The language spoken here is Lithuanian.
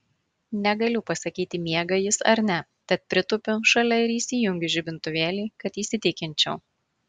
negaliu pasakyti miega jis ar ne tad pritūpiu šalia ir įsijungiu žibintuvėlį kad įsitikinčiau